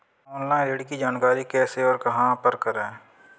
Online ऋण की जानकारी कैसे और कहां पर करें?